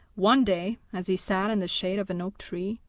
one day, as he sat in the shade of an oak tree,